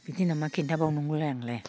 बिदि होनना मा खोन्थाबावनांगौ आंलाय